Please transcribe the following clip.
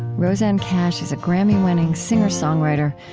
rosanne cash is a grammy-winning singer-songwriter.